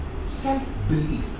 Self-belief